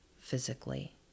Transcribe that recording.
physically